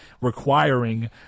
requiring